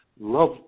love